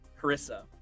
Carissa